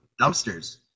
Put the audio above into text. dumpsters